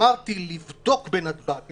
אמרתי לבדוק בנתב"ג,